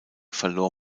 verlor